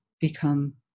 become